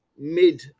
mid